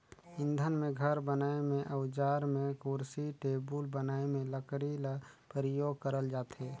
इंधन में, घर बनाए में, अउजार में, कुरसी टेबुल बनाए में लकरी ल परियोग करल जाथे